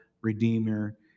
Redeemer